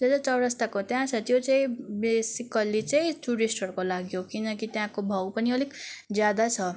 जो चाहिँ चौरास्ताको त्यहाँ छ त्यो चाहिँ बेसिकल्ली चाहिँ टुरिस्टहरूको लागि हो किनकि त्यहाँको भाउ पनि अलिक ज्यादा छ